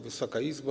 Wysoka Izbo!